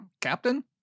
captain